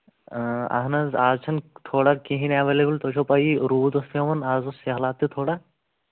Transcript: اۭں اَہن حظ آز چھَنہٕ تھوڑا کِہیٖنۍ اٮ۪ویلیبٕل تۄہہِ چھو پَیی روٗد اوس پٮ۪وان آز اوس سیہلاب تہِ تھوڑا